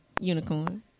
unicorn